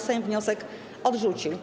Sejm wniosek odrzucił.